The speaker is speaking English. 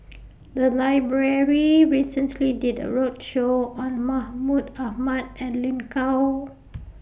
The Library recently did A roadshow on Mahmud Ahmad and Lin Gao